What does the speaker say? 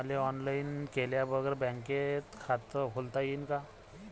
मले ऑनलाईन गेल्या बगर बँकेत खात खोलता येईन का?